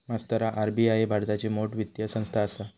मास्तरा आर.बी.आई भारताची मोठ वित्तीय संस्थान आसा